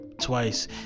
twice